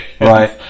Right